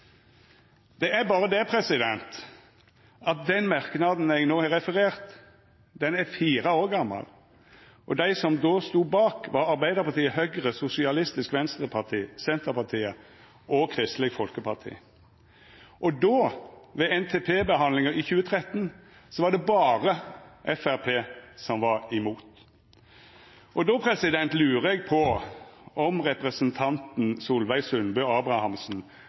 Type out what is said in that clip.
Det er berre det at den merknaden eg no har referert, er fire år gamal. Og dei som då stod bak, var Arbeidarpartiet, Høgre, Sosialistisk Venstreparti, Senterpartiet og Kristeleg Folkeparti. Ved NTP-behandlinga i 2013 var det berre Framstegspartiet som var imot. Då lurer eg på om representanten Solveig Sundbø Abrahamsen